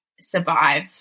survive